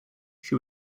she